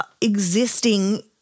existing